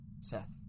Seth